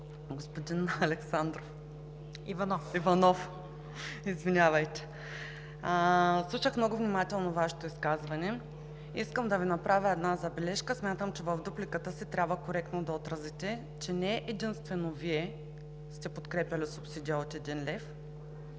господин Иванов, слушах много внимателно Вашето изказване. Искам да Ви направя една забележка. Смятам, че в дупликата си трябва коректно да отразите, че не единствено Вие сте подкрепяли субсидията от един лев,